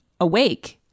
awake